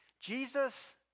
Jesus